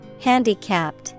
Handicapped